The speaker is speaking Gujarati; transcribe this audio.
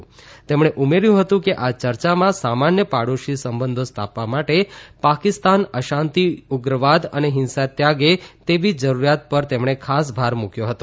ં તેમણે ઉમેર્થું હતું કે આ ચર્ચામાં સામાન્ય પાડોશી સંબંધો સ્થાપવા માટે પાકિસ્તાન અશાંતિ ઉગ્રવાહ અને હિંસા ત્યાગે તેવી જરૂરિયાત પર તેમણે ખાસ ભાર મૂક્યો હતો